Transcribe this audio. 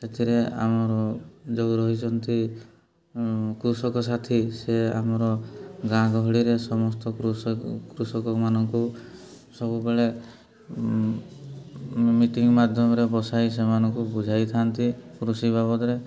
ଏଥିରେ ଆମର ଯୋଉ ରହିଛନ୍ତି କୃଷକ ସାଥୀ ସେ ଆମର ଗାଁ ଗହଳିରେ ସମସ୍ତ କୃଷକ କୃଷକମାନଙ୍କୁ ସବୁବେଳେ ମିଟିଂ ମାଧ୍ୟମରେ ବସାଇ ସେମାନଙ୍କୁ ବୁଝାଇଥାନ୍ତି କୃଷି ବାବଦରେ